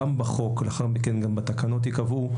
גם בחוק ולאחר מכן גם בתקנות ייקבעו,